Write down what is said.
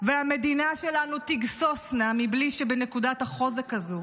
והמדינה שלנו תגסוסנה אם בנקודת החוזק הזו